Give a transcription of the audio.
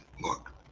look